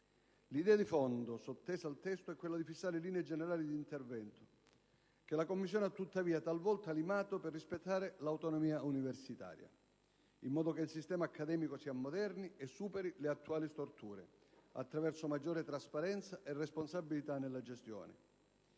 L'idea di fondo sottesa al testo è di fissare linee generali di intervento, che la Commissione ha tuttavia talvolta limato per rispettare l'autonomia universitaria, in modo che il sistema accademico si ammoderni e superi le attuali storture, attraverso maggiore trasparenza e responsabilità nella gestione.